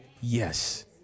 yes